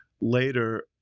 later